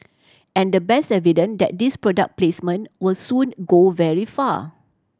and the best evident that this product placement were soon go very far